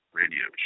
radio